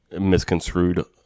misconstrued